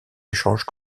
échanges